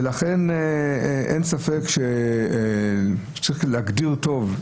ולכן אין ספק שצריך להגדיר טוב,